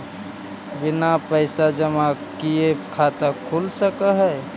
बिना पैसा जमा किए खाता खुल सक है?